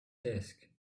desk